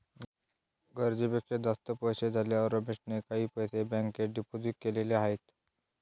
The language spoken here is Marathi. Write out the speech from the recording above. गरजेपेक्षा जास्त पैसे झाल्यावर रमेशने काही पैसे बँकेत डिपोजित केलेले आहेत